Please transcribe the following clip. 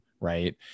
right